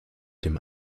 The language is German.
dem